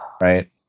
right